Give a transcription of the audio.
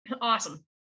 Awesome